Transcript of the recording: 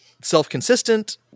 self-consistent